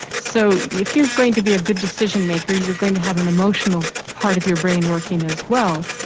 so if you're going to be a good decision maker you're going to have an emotional part of your brain working as well,